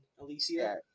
Alicia